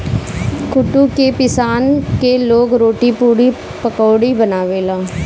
कुटू के पिसान से लोग रोटी, पुड़ी, पकउड़ी बनावेला